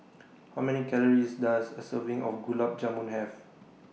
How Many Calories Does A Serving of Gulab Jamun Have